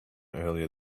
earlier